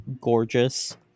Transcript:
gorgeous